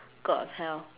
god of hell